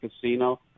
casino